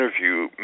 interview